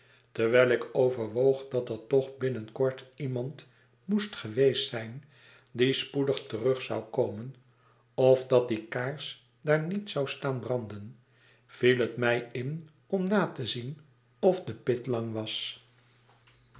terwijl ik overwoog dat er toch binnen kort iemand moest geweest zijn die spoedig terug zou komen of dat die kaars daar niet zou staan branden viel het my in om na te zien of de pit lang was